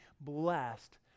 blessed